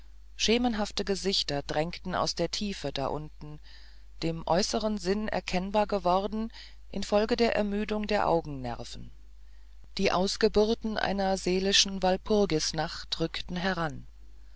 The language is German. schemenhafte gesichter drängten aus der tiefe da unten dem äußeren sinne erkennbar geworden infolge der ermüdung der augennerven die ausgeburten einer seelischen walpurgisnacht rückten heran